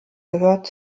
gehört